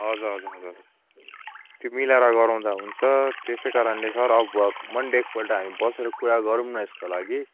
हजुर हजुर हजुर त्यो मिलाएर गराउँदा हुन्छ त्यसै कारणले सर भयो मन्डे एकपल्ट हामी बसेर कुरा गरौँ न यसको लागि